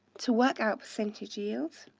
to work out percentage yields,